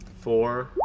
four